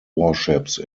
warships